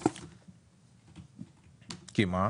בסדר גמור.